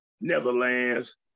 Netherlands